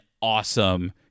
awesome